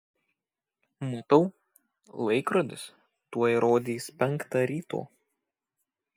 matau laikrodis tuoj rodys penktą ryto